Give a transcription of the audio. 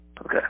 Okay